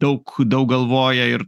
daug daug galvoja ir